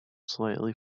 slightly